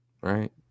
Right